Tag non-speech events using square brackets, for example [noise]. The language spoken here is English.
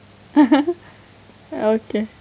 [laughs] okay